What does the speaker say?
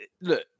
Look